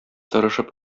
тырышып